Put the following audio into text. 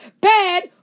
bad